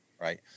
right